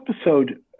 episode